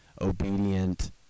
obedient